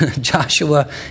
Joshua